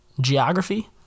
geography